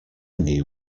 knew